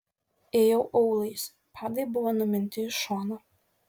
ėjau aulais padai buvo numinti į šoną